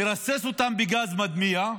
מרסס אותם בגז מדמיע,